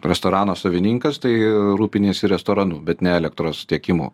restorano savininkas tai rūpiniesi restoranu bet ne elektros tiekimu